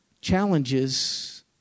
challenges